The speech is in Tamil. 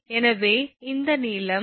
எனவே இந்த நீளம் l2